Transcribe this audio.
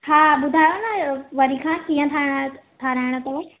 हा ॿुधायो न वरी खां कीअं ठाराइ ठाराहिणा अथव